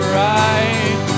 right